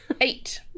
Eight